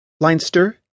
Leinster